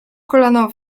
kolano